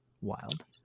Wild